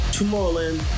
Tomorrowland